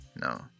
No